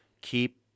Keep